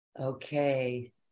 Okay